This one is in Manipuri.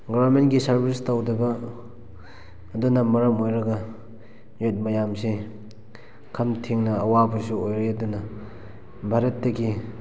ꯒꯔꯃꯦꯟꯒꯤ ꯁꯥꯔꯚꯤꯁ ꯇꯧꯗꯕ ꯑꯗꯨꯅ ꯃꯔꯝ ꯑꯣꯏꯔꯒ ꯌꯨꯠ ꯃꯌꯥꯝꯁꯦ ꯈꯝ ꯊꯦꯡꯅ ꯑꯋꯥꯕꯁꯨ ꯑꯣꯏꯔꯦ ꯑꯗꯨꯅ ꯚꯥꯔꯠꯇꯒꯤ